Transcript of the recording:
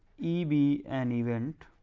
e be an event